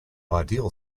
ideal